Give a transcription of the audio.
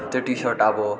त्यो T shirt अब